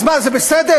אז מה, זה בסדר?